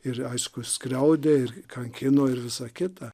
ir aišku skriaudė ir kankino ir visa kita